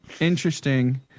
interesting